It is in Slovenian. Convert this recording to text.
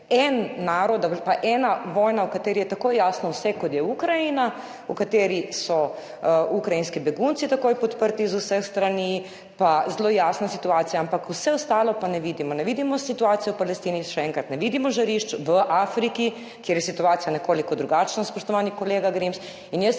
en narod pa ena vojna v kateri je tako jasno vse kot je Ukrajina, v kateri so ukrajinski begunci takoj podprti z vseh strani, pa zelo jasna situacija, ampak vse ostalo pa ne vidimo. Ne vidimo situacije v Palestini, še enkrat, ne vidimo žarišč v Afriki, kjer je situacija nekoliko drugačna, spoštovani kolega Grims,